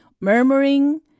Murmuring